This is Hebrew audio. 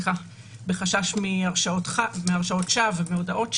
בחשש מהרשעות שווא ומהודאות שווא,